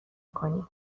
کنی